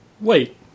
Wait